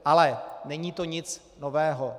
Ale není to nic nového.